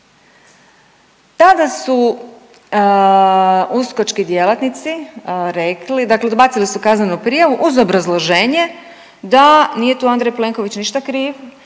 tada su uskočki djelatnici rekli, dakle odbacili su kaznenu prijavu uz obrazloženje da nije tu Andrija Plenković ništa kriv